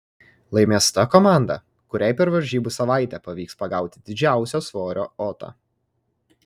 laimės ta komanda kuriai per varžybų savaitę pavyks pagauti didžiausio svorio otą